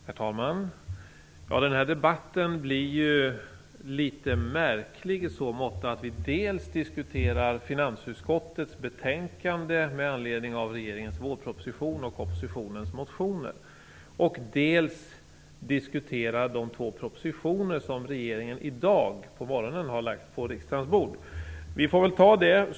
Herr talman! Denna debatt blir litet märklig i så måtto att vi diskuterar dels finansutskottets betänkande med anledning av regeringens vårproposition och oppositionens motioner, dels de två propositioner som regeringen i dag på morgonen har lagt på riksdagens bord. Vi får väl ta det.